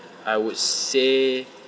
I would say